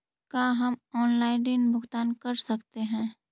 का हम आनलाइन ऋण भुगतान कर सकते हैं?